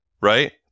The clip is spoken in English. right